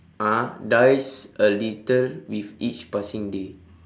ah dies a little with each passing day